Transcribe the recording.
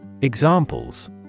Examples